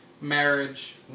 marriage